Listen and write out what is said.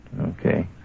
okay